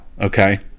okay